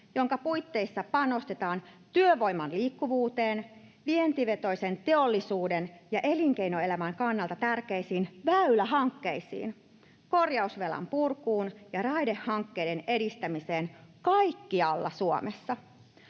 jonka puitteissa panostetaan työvoiman liikkuvuuteen, vientivetoisen teollisuuden ja elinkeinoelämän kannalta tärkeisiin väylähankkeisiin, korjausvelan purkuun ja raidehankkeiden edistämiseen kaikkialla Suomessa.